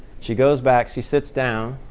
she goes back. she sits down.